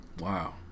Wow